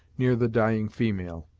near the dying female.